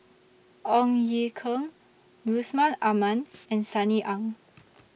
Ong Ye Kung Yusman Aman and Sunny Ang